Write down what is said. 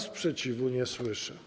Sprzeciwu nie słyszę.